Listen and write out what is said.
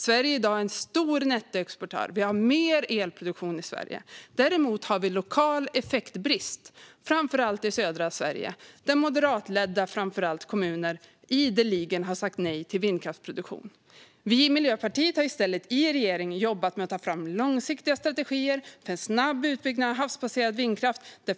Sverige är i dag en stor nettoexportör. Vi har mer elproduktion i Sverige. Däremot har vi lokal effektbrist, framför allt i södra Sverige där framför allt moderatledda kommuner ideligen har sagt nej till vindkraftsproduktion. Vi i Miljöpartiet har i regering i stället jobbat med att ta fram långsiktiga strategier för en snabb utbyggnad av havsbaserad vindkraft.